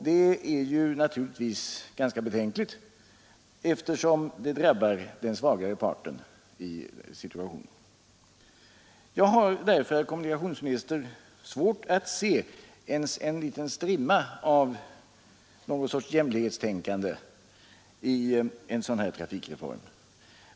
Det är naturligtvis ganska betänkligt, eftersom det drabbar den svagare parten i situationen. Jag har, herr kommunikationsminister, svårt att se ens en liten strimma av någon sorts jämlikhetstänkande i en sådan här trafikreform.